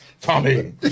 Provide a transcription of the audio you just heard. Tommy